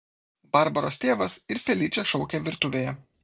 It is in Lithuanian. barbaros tėvas ir feličė šaukė virtuvėje